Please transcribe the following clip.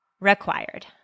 required